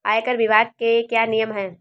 आयकर विभाग के क्या नियम हैं?